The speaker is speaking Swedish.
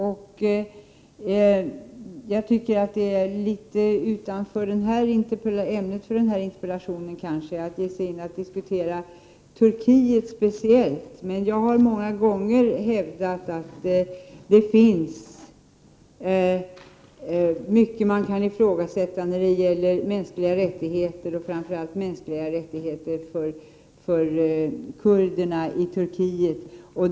Att ge sig in och diskutera Turkiet speciellt är litet utanför ämnet för denna interpellation. Men jag har många gånger hävdat att det finns mycket som man kan ifrågasätta när det gäller mänskliga rättigheter och framför allt mänskliga rättigheter för kurderna i Turkiet.